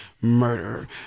Murder